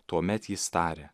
tuomet jis tarė